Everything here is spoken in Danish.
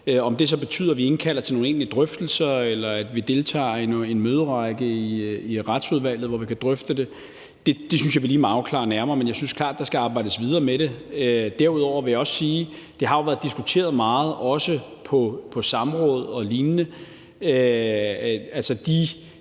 Om det så betyder, at vi indkalder til nogle egentlige drøftelser, eller at vi deltager i en møderække i Retsudvalget, hvor vi kan drøfte det, synes jeg lige at vi må afklare nærmere. Men jeg synes klart, at der skal arbejdes videre med det. Derudover vil jeg også sige, at de ressourcer, som Den Uafhængige